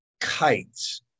kites